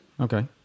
okay